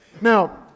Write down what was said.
Now